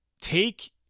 take